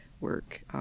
work